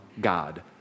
God